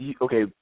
okay